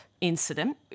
incident